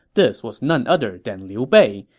this was none other than liu bei,